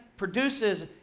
produces